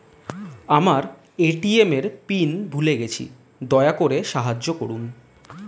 আমার এ.টি.এম এর পিন ভুলে গেছি, দয়া করে সাহায্য করুন